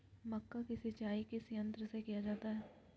मक्का की सिंचाई किस यंत्र से किया जाता है?